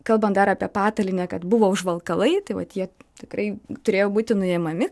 kalbant dar apie patalynę kad buvo užvalkalai tai vat jie tikrai turėjo būti nuimami